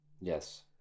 Yes